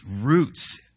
roots